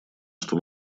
что